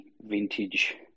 vintage